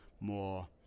more